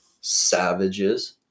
savages